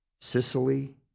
Sicily